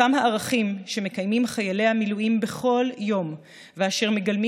אותם הערכים שמקיימים חיילי המילואים בכל יום ואשר מגלמים